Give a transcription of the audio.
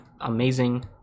amazing